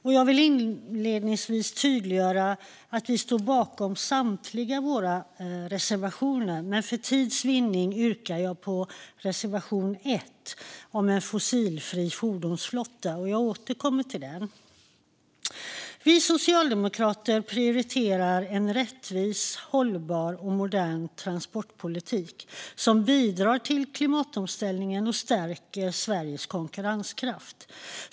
Inledningsvis vill jag tydliggöra att vi står bakom samtliga våra reservationer, men för tids vinnande yrkar jag bifall endast till reservation 1 om en fossilfri fordonsflotta. Jag återkommer till den. Vi socialdemokrater prioriterar en rättvis, hållbar och modern transportpolitik som bidrar till klimatomställningen och stärker Sveriges konkurrenskraft.